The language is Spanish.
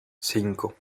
cinco